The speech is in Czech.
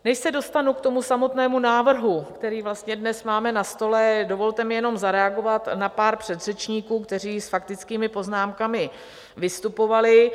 Než se dostanu k samotnému návrhu, který dnes máme na stole, dovolte mi jenom zareagovat na pár předřečníků, kteří s faktickými poznámkami vystupovali.